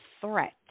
threat